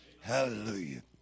Hallelujah